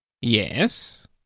yes